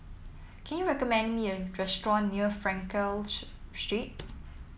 can you recommend me a restaurant near Frankel Street